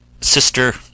sister